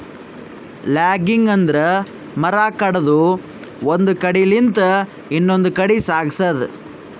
logging ಅಂದ್ರ ಮರ ಕಡದು ಒಂದ್ ಕಡಿಲಿಂತ್ ಇನ್ನೊಂದ್ ಕಡಿ ಸಾಗ್ಸದು